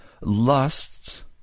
lusts